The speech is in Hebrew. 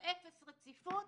זה אפס רציפות,